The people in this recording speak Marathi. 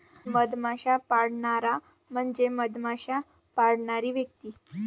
मधमाश्या पाळणारा म्हणजे मधमाश्या पाळणारी व्यक्ती